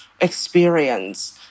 experience